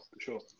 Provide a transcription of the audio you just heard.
sure